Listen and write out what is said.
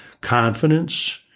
Confidence